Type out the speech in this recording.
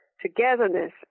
togetherness